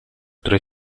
tre